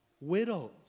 widows